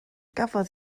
gafodd